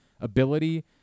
ability